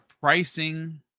pricing